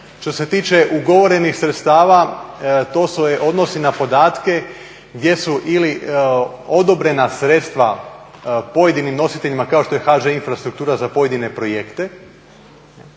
Što se tiče ugovorenih sredstava to se odnosi na podatke gdje su ili odobrena sredstva pojedinim nositeljima kao što je HŽ infrastruktura za pojedine projekte